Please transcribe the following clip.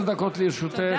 עשר דקות לרשותך.